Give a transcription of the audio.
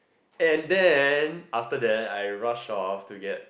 and then after that I rush off to get